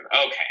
Okay